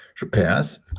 repairs